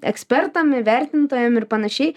ekspertam ir vertintojam ir panašiai